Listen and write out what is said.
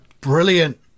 Brilliant